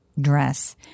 dress